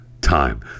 time